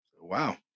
Wow